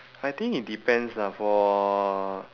I think it depends ah for